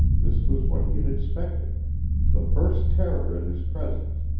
this was what he had expected the first terror at his presence,